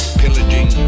pillaging